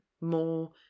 more